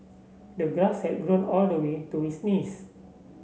the glass had grown all the way to his knees